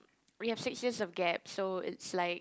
we have six years of gap so it's like